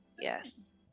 Yes